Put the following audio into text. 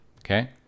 Okay